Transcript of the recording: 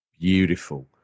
Beautiful